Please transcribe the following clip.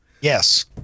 Yes